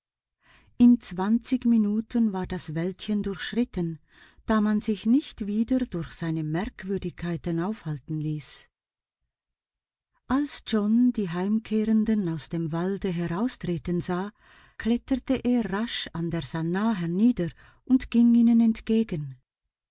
in zwanzig minuten war das wäldchen durchschritten da man sich nicht wieder durch seine merkwürdigkeiten aufhalten ließ als john die heimkehrenden aus dem walde heraustreten sah kletterte er rasch an der sannah hernieder und ging ihnen entgegen